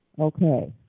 Okay